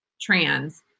trans